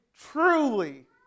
truly